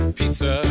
pizza